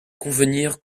convenir